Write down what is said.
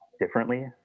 differently